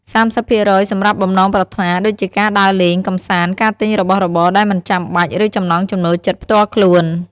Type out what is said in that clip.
៣០% សម្រាប់បំណងប្រាថ្នាដូចជាការដើរលេង កម្សាន្ត ការទិញរបស់របរដែលមិនចាំបាច់ ឬចំណង់ចំណូលចិត្តផ្ទាល់ខ្លួន។